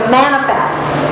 manifest